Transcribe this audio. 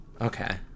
Okay